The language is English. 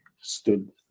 stood